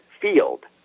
Field